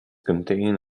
contain